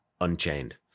Unchained